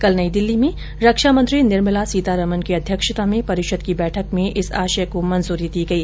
कल नई दिल्ली में रक्षामंत्री निर्मला सीतारामन की अध्यक्षता में परिषद की बैठक में इस आशय को मंजूरी दी गई